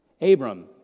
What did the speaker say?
Abram